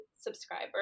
subscriber